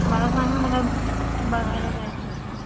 मला सांग ना मला बघायला जायचं होतं